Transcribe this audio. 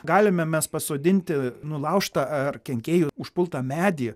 galime mes pasodinti nulaužtą ar kenkėjų užpultą medį